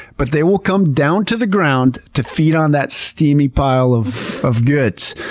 but they will come down to the ground to feed on that steamy pile of of goods.